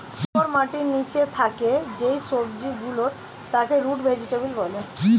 শিকড় মাটির নিচে থাকে যেই সবজি গুলোর তাকে রুট ভেজিটেবল বলে